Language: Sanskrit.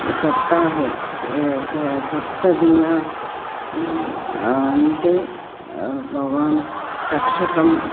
सप्ताहे सा सप्तदिनेषु अन्ते बभन् तक्षकम्